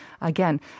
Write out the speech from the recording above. again